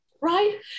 right